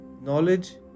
Knowledge